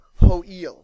ho'il